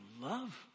love